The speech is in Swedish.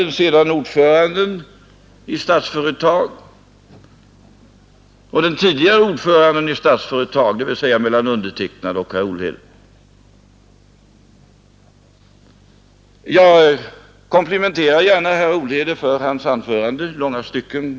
Vi får väl se i vilka former och på vilket sätt detta utspel från LO-sidan skall hanteras och genomföras. Jag hälsar det med tillfredsställelse.